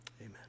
amen